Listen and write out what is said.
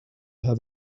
have